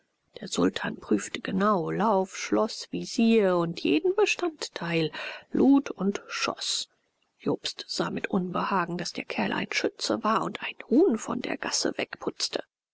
der sultan prüfte genau lauf schloß visier und jeden bestandteil lud und schoß jobst sah mit unbehagen daß der kerl ein schütze war und ein huhn von der gasse wegputzte